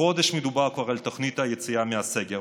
כבר חודש מדובר על תוכנית היציאה מהסגר,